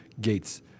Gates